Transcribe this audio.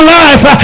life